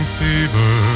fever